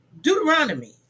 Deuteronomy